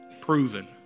Proven